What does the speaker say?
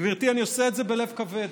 גברתי, אני עושה את זה בלב כבד,